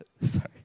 Sorry